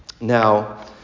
Now